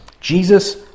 Jesus